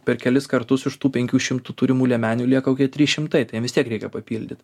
per kelis kartus iš tų penkių šimtų turimų liemenių lieka kokie trys šimtai tai jiem vis tiek reikia papildyt